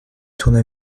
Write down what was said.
tournée